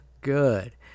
good